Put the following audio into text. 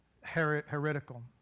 heretical